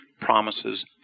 promises